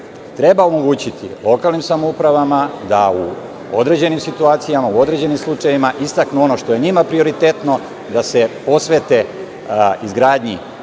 treba omogućiti lokalnim samoupravama da u određenim situacijama, u određenim slučajevima istaknu ono što je njima prioritetno, da se posvete izgradnji